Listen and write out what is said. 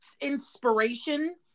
inspiration